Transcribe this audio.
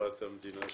בכפוף לתיקונים,